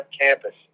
campus